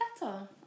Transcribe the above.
Better